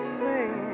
sing